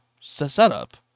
setup